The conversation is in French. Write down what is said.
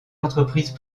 entreprises